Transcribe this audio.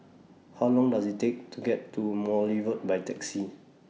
How Long Does IT Take to get to Morley Road By Taxi